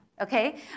okay